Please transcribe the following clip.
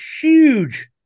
huge